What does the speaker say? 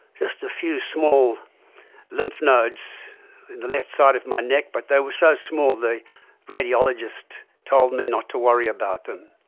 just a few small lymph nodes in the left side of my neck, but they were so small the radiologist told me not to worry about them.